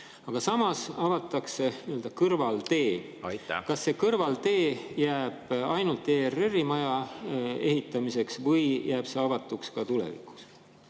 Aga samas avatakse nii-öelda kõrvaltee. Aitäh! Kas see kõrvaltee jääb ainult ERR‑i maja ehitamiseks või jääb see avatuks ka tulevikus?